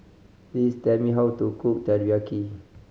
please tell me how to cook Teriyaki